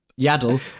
Yaddle